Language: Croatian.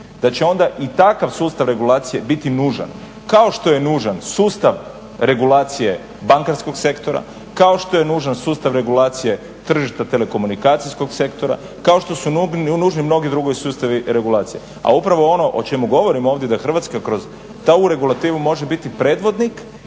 da će onda i takav sustav regulacije biti nužan kao što je nužan sustav regulacije bankarskog sektora, kao što je nužan sustav regulacije tržišta telekomunikacijskog sektora, kao što su nužni mnogi drugi sustavi regulacije. A upravo ono o čemu govorim ovdje da Hrvatska kroz tu regulativu može biti predvodnik